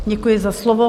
Děkuji za slovo.